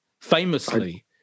famously